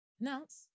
Announce